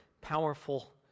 powerful